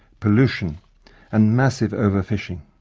pollution and massive over-fishing.